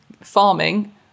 farming